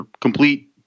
complete